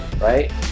right